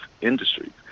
industries